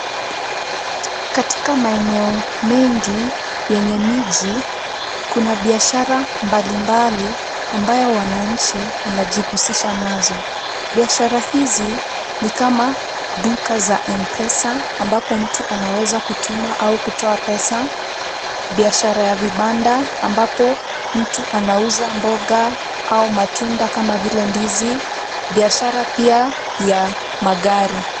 Katika maeneo mengi yenye miji kuna biashara mbali mbali ambayo wananchi wanajihusisha nazo. Biashara hizi ni kama duka za Mpesa, ambapo mtu anaweza kutuma au kutoa pesa. Biashara ya vibanda ambapo mtu anauza mboga na matunda kama vile ndizi. Biashara pia ya magari.